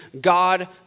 God